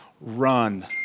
Run